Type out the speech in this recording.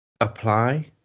apply